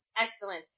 Excellent